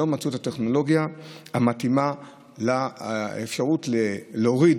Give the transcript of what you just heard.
לא מצאו את הטכנולוגיה שמתאימה לאפשרות להוריד